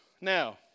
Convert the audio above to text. now